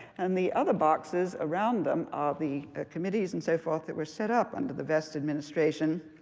and the other boxes around them are the committees and so forth that were set up under the vest administration